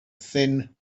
thin